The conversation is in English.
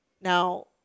now